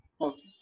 Okay